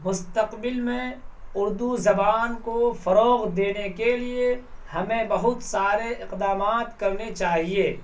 مستقبل میں اردو زبان کو فروغ دینے کے لیے ہمیں بہت سارے اقدامات کرنے چاہیے